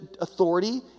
authority